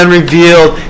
revealed